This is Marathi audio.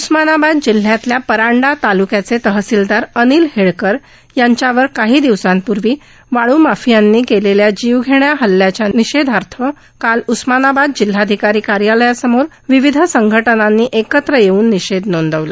उस्मानाबाद जिल्ह्यातील परंडा तालुक्याचे तहसीलदार अनिल हेळकर यांच्यावर काही दिवसांपूर्वी वाळूमाफियांनी केलेल्या जीवघेणा हल्ल्याच्या निषेधार्थ काल उस्मानाबाद जिल्हाधिकारी कार्यालयासमोर विविध संघटनांनी एकत्र येऊन निषेध नोंदवला